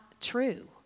true